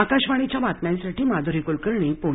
आकाशवाणीच्या बातम्यांसाठी माधुरी कुलकर्णी पुणे